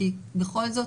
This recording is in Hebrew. כי בכל זאת,